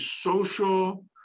social